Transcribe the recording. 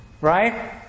Right